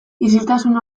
isiltasun